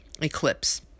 eclipse